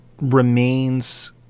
remains